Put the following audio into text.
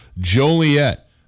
Joliet